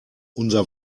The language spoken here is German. unser